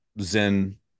Zen